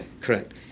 Correct